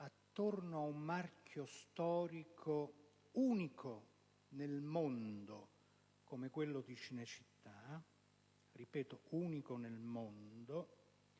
dietro ad un marchio storico unico nel mondo come quello di Cinecittà - lo ripeto, unico nel mondo